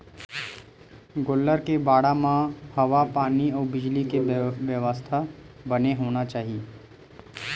गोल्लर के बाड़ा म हवा पानी अउ बिजली के बेवस्था बने होना चाही